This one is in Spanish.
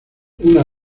una